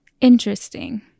Interesting